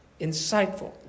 insightful